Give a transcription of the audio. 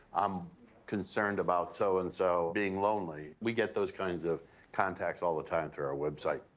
i'm concerned about so and so being lonely. we get those kinds of contacts all the time through our website.